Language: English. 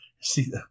see